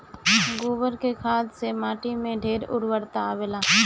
गोबर के खाद से माटी में ढेर उर्वरता आवेला